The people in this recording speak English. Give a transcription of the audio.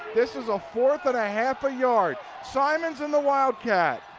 this is a fourth and a half a yard. simons in the wildcat.